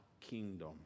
kingdom